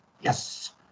Yes